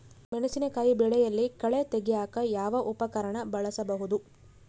ಮೆಣಸಿನಕಾಯಿ ಬೆಳೆಯಲ್ಲಿ ಕಳೆ ತೆಗಿಯಾಕ ಯಾವ ಉಪಕರಣ ಬಳಸಬಹುದು?